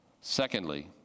secondly